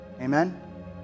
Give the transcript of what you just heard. Amen